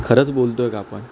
खरंच बोलतोय का आपण